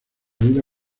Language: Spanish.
vida